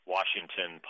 Washington